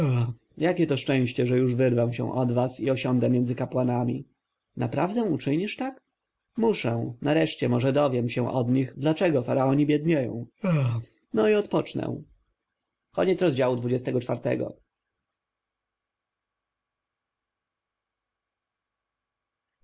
jakie to szczęście że już wyrwę się od was i osiądę między kapłanami naprawdę uczynisz tak muszę nareszcie może dowiem się od nich dlaczego faraoni biednieją aaa no i odpocznę